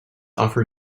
offer